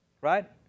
Right